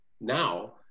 Now